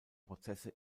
prozesse